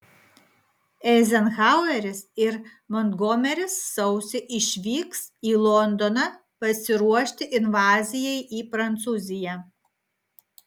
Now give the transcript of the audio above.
eizenhaueris ir montgomeris sausį išvyks į londoną pasiruošti invazijai į prancūziją